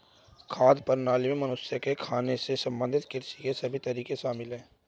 खाद्य प्रणाली में मनुष्य के खाने से संबंधित कृषि के सभी तरीके शामिल है